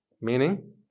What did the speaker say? Meaning